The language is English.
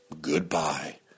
goodbye